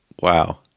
Wow